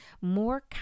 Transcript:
more